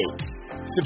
Subscribe